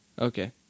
Okay